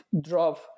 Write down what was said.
drop